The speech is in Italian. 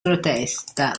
protesta